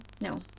no